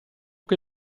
che